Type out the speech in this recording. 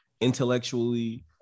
intellectually